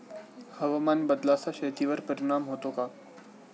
हवामान बदलाचा शेतीवर परिणाम होतो का?